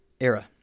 era